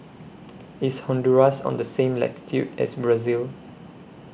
IS Honduras on The same latitude as Brazil